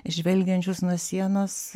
žvelgiančius nuo sienos